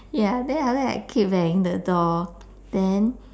ya then after that I keep banging the door then